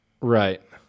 Right